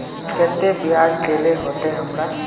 केते बियाज देल होते हमरा?